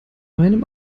meinem